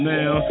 Now